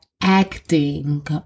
acting